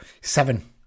seven